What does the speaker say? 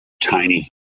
tiny